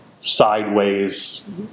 sideways